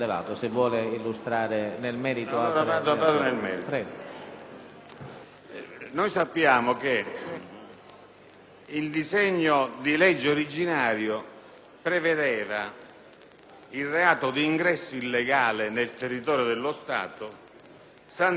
sappiamo che il disegno di legge originario prevedeva il reato d'ingresso illegale nel territorio dello Stato, sanzionandolo con la reclusione da sei mesi a quattro anni.